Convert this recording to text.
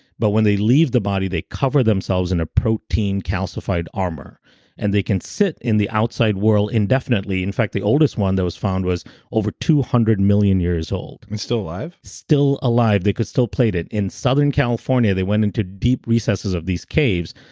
but when they leave the body, they cover themselves in a protein calcified armor and they can sit in the outside world indefinitely. in fact, the oldest one that was found was over two hundred million years old and still alive? still alive. they could still plate it. in southern california, they went into deep recesses of these caves,